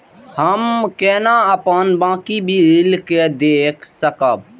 हम केना अपन बाकी बिल के देख सकब?